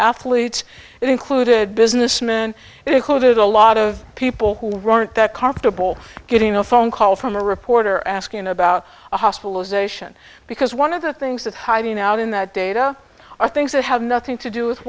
athletes included businessmen it included a lot of people who weren't that confortable getting a phone call from a reporter asking about a hospitalization because one of the things that hiding out in that data are things that have nothing to do with